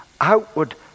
outward